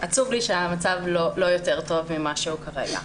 עצוב לי שהמצב לא יותר טוב ממה שהוא כרגע.